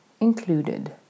Included